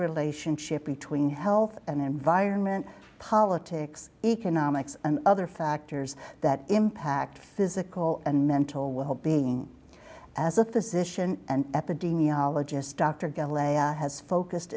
relationship between health and environment politics economics and other factors that impact physical and mental wellbeing as a physician and epidemiologist dr galileo has focused